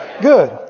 Good